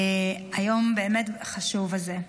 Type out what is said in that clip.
היום הבאמת-חשוב הזה.